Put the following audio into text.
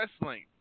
wrestling